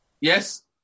Yes